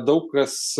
daug kas